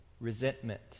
Resentment